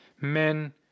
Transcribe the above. men